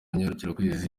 ngarukakwezi